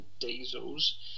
diesels